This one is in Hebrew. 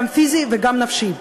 גם פיזי וגם נפשי.